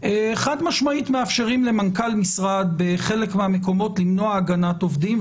חד משמעית מאפשרים למנכ"ל משרד בחלק מהמקומות למנוע הגנת עובדים,